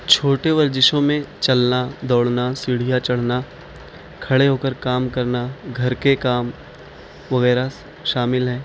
چھوٹے ورزشوں میں چلنا دوڑنا سیڑھیاں چڑھنا کھڑے ہو کر کام کرنا گھر کے کام وغیرہ شامل ہیں